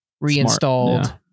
reinstalled